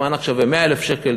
המענק שווה 100,000 שקל,